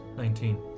Nineteen